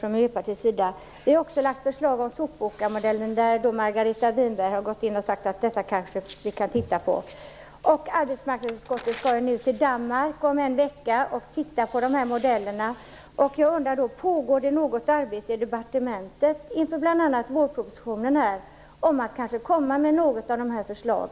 Vi har också lagt fram förslag om sopåkarmodellen, och Margareta Winberg har då sagt att man kanske kan titta på det också. Arbetsmarknadsutskottet skall ju åka till Danmark om en vecka och titta på dessa modeller, och min fråga är: Pågår något arbete i departementet inför bl.a. vårpropositionen med syfte att komma med något av dessa förslag?